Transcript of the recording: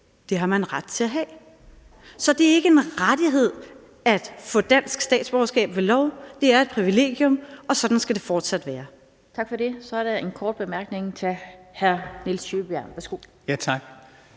Det har man ret til at have. Så det er ikke en rettighed at få dansk statsborgerskab ved lov. Det er et privilegium, og sådan skal det fortsat være. Kl. 17:24 Den fg. formand (Annette Lind): Tak for det. Så er der en kort bemærkning fra hr. Nils Sjøberg. Værsgo. Kl.